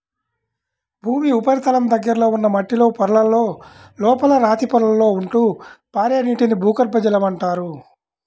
భూమి ఉపరితలం దగ్గరలో ఉన్న మట్టిలో పొరలలో, లోపల రాతి పొరలలో ఉంటూ పారే నీటిని భూగర్భ జలం అంటారు